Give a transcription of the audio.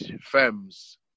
firms